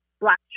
Black